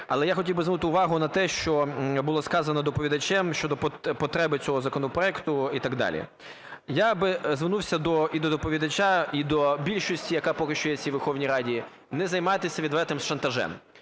Але я хотів би звернути увагу на те, що було сказано доповідачем щодо потреби цього законопроекту і так далі. Я би звернувся і до доповідача, і до більшості, яка поки що є в цій Верховній Раді, не займатися відвертим шантажем.